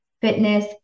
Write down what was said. fitness